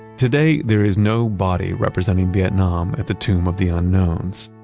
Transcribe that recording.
today there is no body representing vietnam at the tomb of the unknowns,